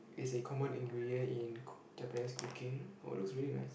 is a common ingredient in coo~ Japanese cooking oh it looks really nice